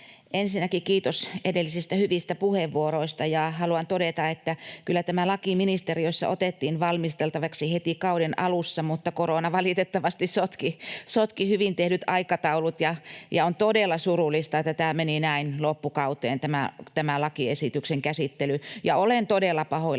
Ensinnäkin kiitos edellisistä hyvistä puheenvuoroista. Ja haluan todeta, että kyllä tämä laki ministeriössä otettiin valmisteltavaksi heti kauden alussa, mutta korona valitettavasti sotki hyvin tehdyt aikataulut. On todella surullista, että tämä lakiesityksen käsittely meni näin loppukauteen, ja olen todella pahoillani,